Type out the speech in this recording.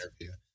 interview